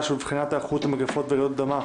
ולבחינת היערכות למגפות ולרעידות אדמה: